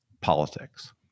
politics